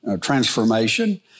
transformation